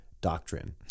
doctrine